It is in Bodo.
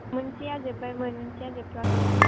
मोनसेया जोबबायमोन मोनसेया जोबथ'वाखैमोन